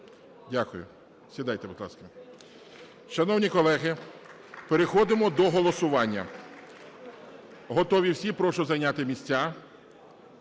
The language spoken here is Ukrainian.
Дякую. Сідайте, будь ласка. Шановні колеги, переходимо до голосування. Готові всі? Прошу зайняти місця.